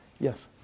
Yes